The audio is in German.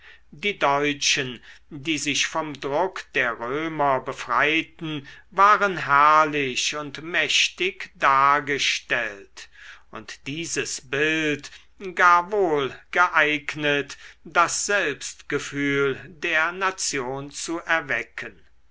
die deutschen die sich vom druck der römer befreiten waren herrlich und mächtig dargestellt und dieses bild gar wohl geeignet das selbstgefühl der nation zu erwecken